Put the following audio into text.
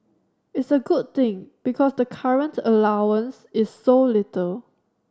it's a good thing because the current allowance is so little